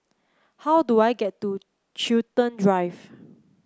how do I get to Chiltern Drive